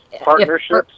Partnerships